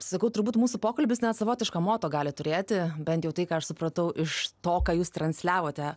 sakau turbūt mūsų pokalbis net savotiška moto gali turėti bent jau tai ką aš supratau iš to ką jūs transliavote